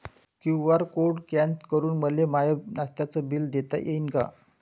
QR code scan करून मले माय नास्त्याच बिल देता येईन का?